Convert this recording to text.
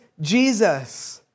Jesus